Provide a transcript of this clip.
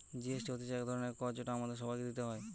GST হতিছে এক ধরণের কর যেটা আমাদের সবাইকে দিতে হয়